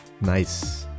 Nice